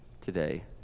today